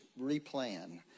replan